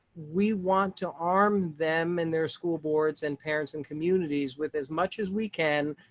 we want to arm them in their school boards and parents and communities with as much as we can.